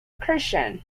christian